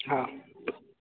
हा